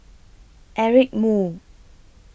Eric Moo